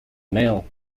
male